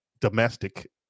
domestic